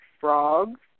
frogs